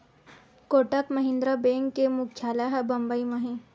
Kotak Mahindra bank के मुख्यालय ह बंबई म हे